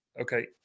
okay